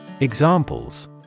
Examples